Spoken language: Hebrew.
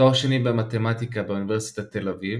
תואר שני במתמטיקה באוניברסיטת תל אביב